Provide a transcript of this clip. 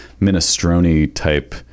minestrone-type